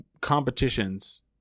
competitions